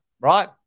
right